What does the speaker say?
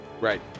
Right